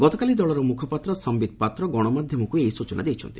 ଗତକାଲି ଦଳର ମୁଖପାତ୍ର ସମ୍ଭିତ ପାତ୍ର ଗଣମାଧ୍ୟମକୁ ଏହି ସ୍ବଚନା ଦେଇଛନ୍ତି